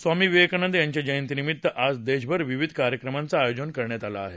स्वामी विवेकानंद यांच्या जयंतीनिमित्त आज देशभर विविध कार्यक्रमांचं आयोजन केलं आहे